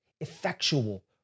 effectual